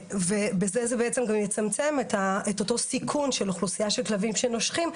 בזה זה בעצם גם יצמצם את אותו סיכון של אוכלוסייה של כלבים שנושכים,